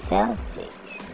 Celtics